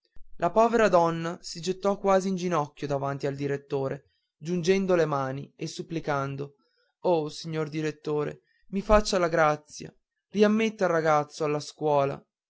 la povera donna si gettò quasi in ginocchio davanti al direttore giungendo le mani e supplicando oh signor direttore mi faccia la grazia riammetta il ragazzo alla scuola